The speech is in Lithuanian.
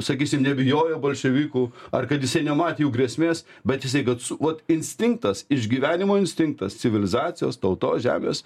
sakysim nebijojo bolševikų ar kad jisai nematė jų grėsmės bet jisai kad su vat instinktas išgyvenimo instinktas civilizacijos tautos žemės